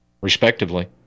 respectively